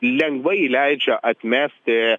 lengvai leidžia atmesti